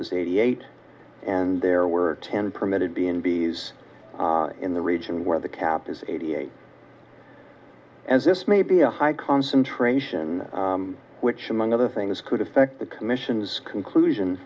is eighty eight and there were ten permitted b and b s in the region where the cap is eighty eight as this may be a high concentration which among other things could affect the commission's conclusion